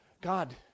God